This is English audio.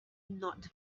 not